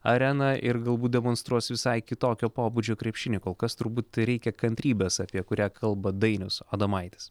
areną ir galbūt demonstruos visai kitokio pobūdžio krepšinį kol kas turbūt tereikia kantrybės apie kurią kalba dainius adomaitis